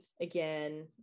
again